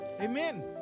Amen